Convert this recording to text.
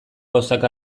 gauzak